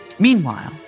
Meanwhile